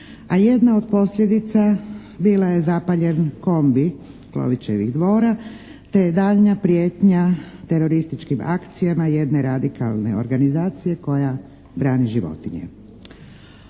a jedna od posljedica bila je zapaljen kombi Klovićevih dvora te daljnja prijetnja terorističkim akcijama jedne radikalne organizacije koja brani životinje.